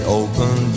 open